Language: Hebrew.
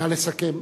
נא לסכם.